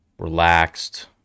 relaxed